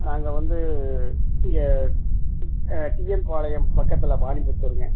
நாங்கள் வந்து இங்கே டிஎன் பாளையம் பக்கத்தில் வாலிபுத்தூர்ங்க